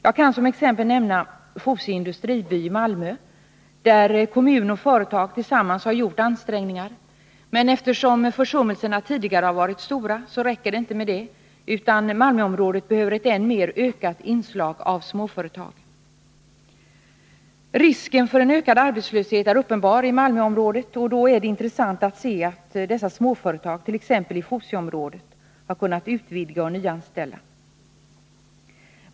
Jag kan som exempel nämna Fosie industriby i Malmö, där kommun och företag tillsammans har gjort ansträngningar. Eftersom försummelserna tidigare har varit stora räcker det emellertid inte med detta, utan Malmöområdet behöver ett än mer ökat inslag av småföretag. Risken för en ökad arbetslöshet är uppenbar i Malmöområdet, och då är det intressant att se att dessa småföretag, t.ex. i Fosieområdet, har kunnat utvidga och nyanställa.